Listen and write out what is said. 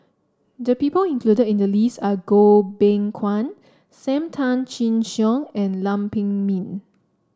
the people included in the list are Goh Beng Kwan Sam Tan Chin Siong and Lam Pin Min